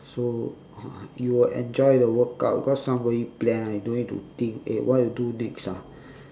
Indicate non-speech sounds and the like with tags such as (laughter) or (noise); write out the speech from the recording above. so (noise) you will enjoy the workout cause somebody plan right you don't need to think eh what to do next ah